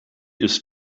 ist